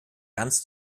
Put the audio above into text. ganz